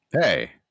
Hey